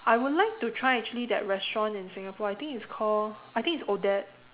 I would like to try actually that restaurant in Singapore I think it's call I think it's Odette